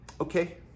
Okay